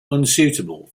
unsuitable